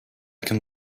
can